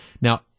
Now